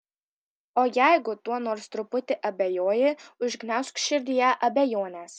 o jeigu tuo nors truputį abejoji užgniaužk širdyje abejones